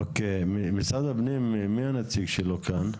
אוקי, משרד הפנים מי הנציג שלו כאן?